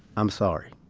i'm sorry,